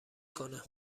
کنه